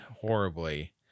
horribly